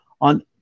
on